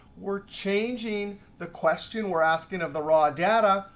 we're changing the question we're asking of the raw data,